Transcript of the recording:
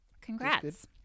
Congrats